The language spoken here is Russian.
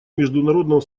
международного